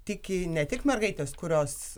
tiki ne tik mergaitės kurios